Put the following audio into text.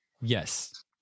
Yes